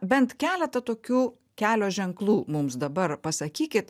bent keletą tokių kelio ženklų mums dabar pasakykit